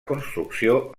construcció